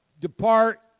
depart